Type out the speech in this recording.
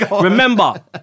Remember